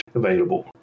available